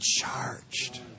charged